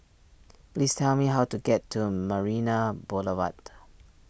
please tell me how to get to a Marina Boulevard